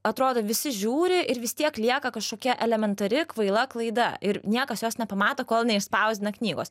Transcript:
atrodo visi žiūri ir vis tiek lieka kažkokia elementari kvaila klaida ir niekas jos nepamato kol neišspausdina knygos